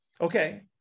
okay